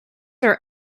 are